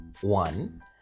one